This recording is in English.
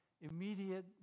immediate